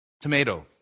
tomato